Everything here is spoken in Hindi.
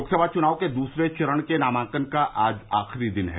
लोकसभा चुनाव के दूसरे चरण के नामांकन का आज आखिरी दिन है